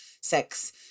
sex